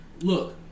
Look